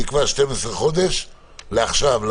12 חודשים לעכשיו,